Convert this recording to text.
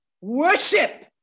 Worship